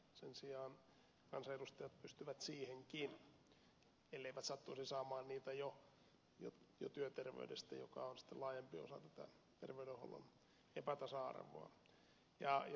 sen sijaan kansanedustajat pystyvät siihenkin elleivät sattuisi saamaan niitä jo työterveydestä joka on sitten laajempi osa tätä terveydenhuollon epätasa arvoa